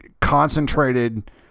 concentrated